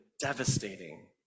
devastating